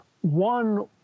One